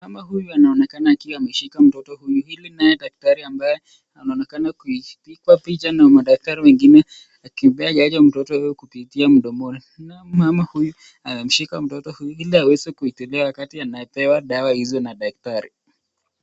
Mama huyu anaonekana akiwa ameshika mtoto huyu ili naye daktari ambaye anaonekana kujipiga picha na madaktari wengine akimpea chanjo mtoto huyo kupitia mdomoni, naye mama huyu amemshika mtoto huyu ili aweze kutibiwa wakati anapewa dawa hizo na daktari.